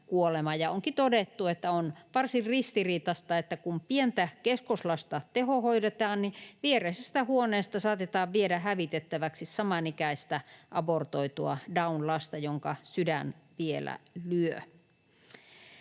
Onkin todettu, että on varsin ristiriitaista, että kun pientä keskoslasta tehohoidetaan, niin viereisestä huoneesta saatetaan viedä hävitettäväksi samanikäistä abortoitua Down-lasta, jonka sydän vielä lyö.